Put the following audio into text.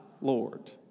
Lord